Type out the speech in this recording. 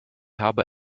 habe